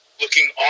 looking